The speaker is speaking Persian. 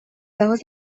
لحاظ